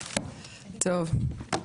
טוב,